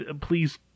please